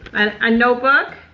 a notebook.